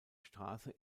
straße